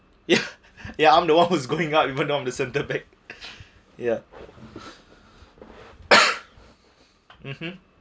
ya ya I'm the one who's going up even I'm the one the center back ya mmhmm